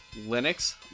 linux